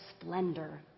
splendor